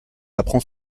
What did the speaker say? apprend